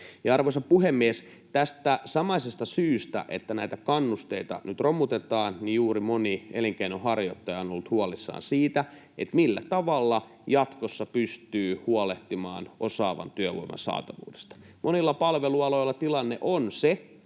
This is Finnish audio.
Arvoisa puhemies! Tästä samaisesta syystä, että näitä kannusteita nyt romutetaan, moni elinkeinonharjoittaja on ollut huolissaan juuri siitä, millä tavalla jatkossa pystyy huolehtimaan osaavan työvoiman saatavuudesta. Monilla palvelualoilla tilanne on se,